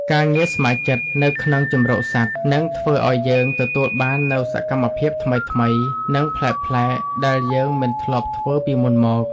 ការងារស្ម័គ្រចិត្តនៅក្នុងជម្រកសត្វ នឹងធ្វើឲ្យយើងទទួលបាននូវសកម្មភាពថ្វីៗ និងប្លែកៗដែលយើងមិនធ្លាប់ធ្វើពីមុនមក។